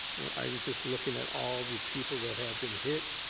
i'm just looking at all the people that have been hit,